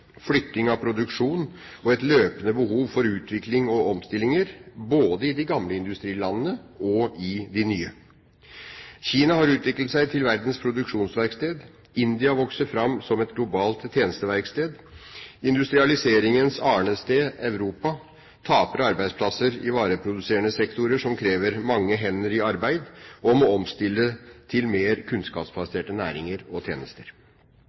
løpende behov for utvikling og omstillinger, både i de gamle industrilandene og i de nye. Kina har utviklet seg til verdens produksjonsverksted. India vokser fram som et globalt tjenesteverksted. Industrialiseringens arnested, Europa, taper arbeidsplasser i vareproduserende sektorer som krever mange hender i arbeid, og må omstille til mer kunnskapsbaserte næringer og tjenester.